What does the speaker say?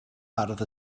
ardd